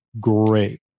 great